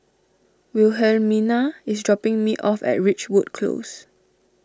Wilhelmina is dropping me off at Ridgewood Close